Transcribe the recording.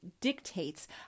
dictates